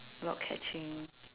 block catching